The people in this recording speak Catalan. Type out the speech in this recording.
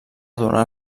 donar